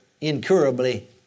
incurably